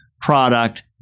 product